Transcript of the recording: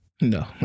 No